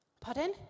Pardon